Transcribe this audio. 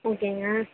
ஓகேங்க